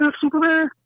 Superman